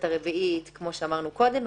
כמו שאמרנו קודם,